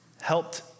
helped